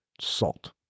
salt